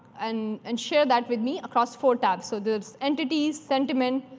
and and share that with me across four tabs. so there's entity, sentiment,